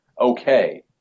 okay